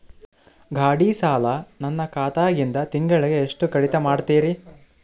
ಗಾಢಿ ಸಾಲ ನನ್ನ ಖಾತಾದಾಗಿಂದ ತಿಂಗಳಿಗೆ ಎಷ್ಟು ಕಡಿತ ಮಾಡ್ತಿರಿ?